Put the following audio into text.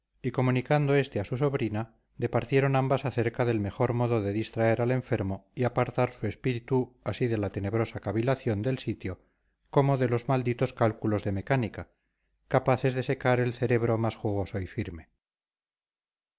y comunicando este a su sobrina departieron ambas acerca del mejor modo de distraer al enfermo y apartar su espíritu así de la tenebrosa cavilación del sitio como de los malditos cálculos de mecánica capaces de secar el cerebro más jugoso y firme